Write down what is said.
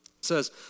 says